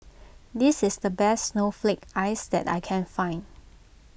this is the best Snowflake Ice that I can find